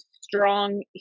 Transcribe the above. strong